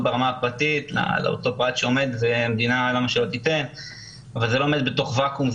--- זה לא עומד בתוך ואקום,